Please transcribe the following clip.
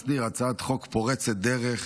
הצעת חוק פורצת דרך,